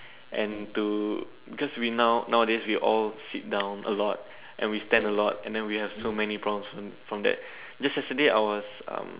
and to because we now nowadays we all sit down a lot and we stand a lot and than we have so many problems from that just yesterday I was um